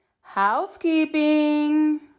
Housekeeping